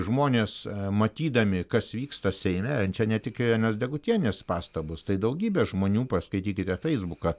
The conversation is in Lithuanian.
žmonės matydami kas vyksta seime čia ne tik irenos degutienės pastabos tai daugybė žmonių paskaitykite feisbuką